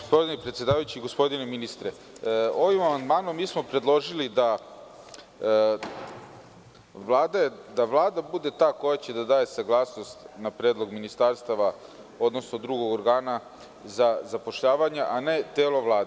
gospodine predsedavajući, gospodine ministre ovim amandmanom smo predložili da Vlada bude ta koja će da daje saglasnost na predlog ministarstava, odnosno drugog organa za zapošljavanje, a ne telo Vlade.